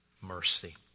mercy